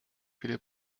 viele